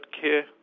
care